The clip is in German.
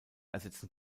ersetzen